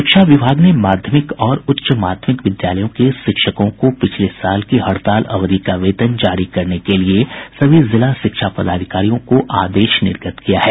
शिक्षा विभाग ने माध्यमिक और उच्च माध्यमिक विद्यालयों को शिक्षकों को पिछले साल की हड़ताल अवधि का वेतन जारी करने के लिये सभी जिला शिक्षा पदाधिकारियों को आदेश निर्गत किया है